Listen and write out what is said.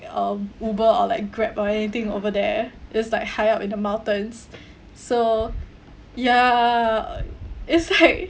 um uber or like grab or anything over there it's like high up in the mountains so ya it's high